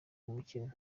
mukino